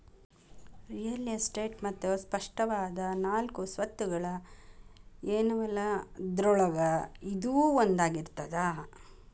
real estate ಮತ್ತ ಸ್ಪಷ್ಟವಾದ ನಾಲ್ಕು ಸ್ವತ್ತುಗಳ ಏನವಲಾ ಅದ್ರೊಳಗ ಇದೂ ಒಂದಾಗಿರ್ತದ